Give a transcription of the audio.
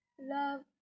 love